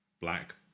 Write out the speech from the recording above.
black